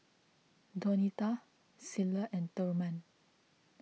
Donita Cilla and Thurman